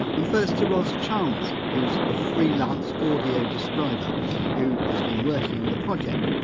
and first to roz chalmers, who's a freelance audio describer who has been working on the project.